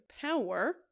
power